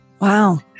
Wow